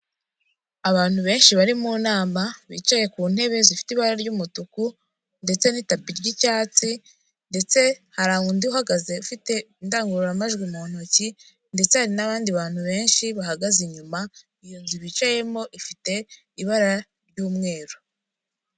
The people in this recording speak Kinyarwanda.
Abantu benshi bari mu nama, bicaye ku ntebe zifite ibara ry'umutuku ndetse n'itapi ry'icyatsi ndetse hari undi uhagaze ufite indangururamajwi mu ntoki ndetse hari n'abandi bantu benshi bahagaze inyuma, iyo nzu bicayemo ifite ibara ry'umweru.